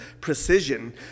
precision